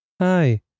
hi